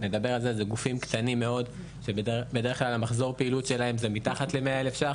אלו גופים קטנים מאוד שמחזור הפעילות שלהם הוא מתחת ל-100,000 שקלים,